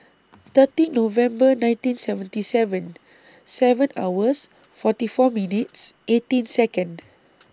thirteen November nineteen seventy seven seven hours forty four minutes eighteen Second